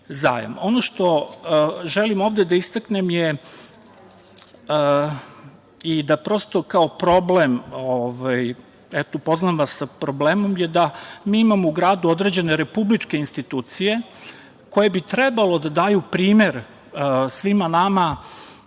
što želim ovde da istaknem i da vas upoznam sa problemom je da mi imamo u gradu određene republičke institucije koje bi trebalo da daju primer svima nama